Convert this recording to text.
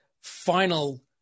final